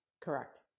Correct